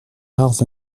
rares